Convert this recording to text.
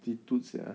jitoot sia